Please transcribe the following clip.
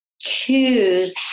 choose